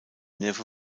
neffe